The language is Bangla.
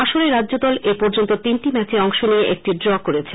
আসরে রাজ্যদল এ পর্যন্ত তিনটি ম্যাচে অংশ নিয়ে একটি ড্র করেছে